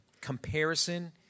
Comparison